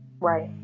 Right